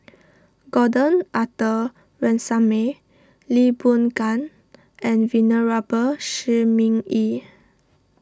Gordon Arthur Ransome Lee Boon Ngan and Venerable Shi Ming Yi